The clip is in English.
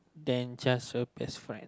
than just a best friend